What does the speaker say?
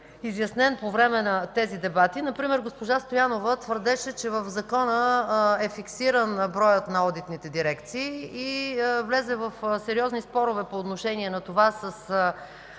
изяснен по време на дебатите. Например госпожа Стоянова твърдеше, че в закона е фиксиран броят на одитните дирекции и влезе в сериозни спорове по отношение на това със